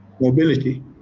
mobility